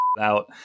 out